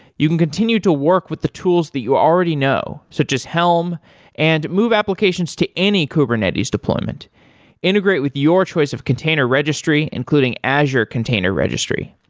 you can continue to work with the tools that you already know, so just helm and move applications to any kubernetes deployment integrate with your choice of container registry, including azure container registry.